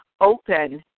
open